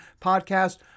podcast